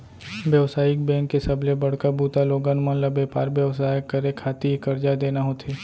बेवसायिक बेंक के सबले बड़का बूता लोगन मन ल बेपार बेवसाय करे खातिर करजा देना होथे